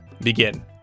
begin